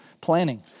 planning